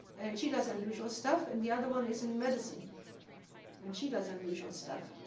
and she does unusual stuff. and the other one is in medicine and she does unusual stuff.